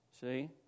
See